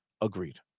Agreed